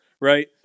right